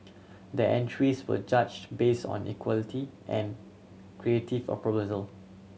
the entries were judged based on equality and creative of proposal